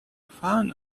found